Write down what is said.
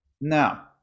Now